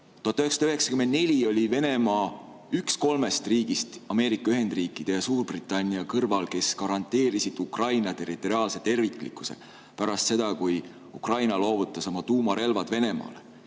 1994 oli Venemaa üks kolmest riigist Ameerika Ühendriikide ja Suurbritannia kõrval, kes garanteerisid Ukraina territoriaalse terviklikkuse pärast seda, kui Ukraina loovutas oma tuumarelvad Venemaale.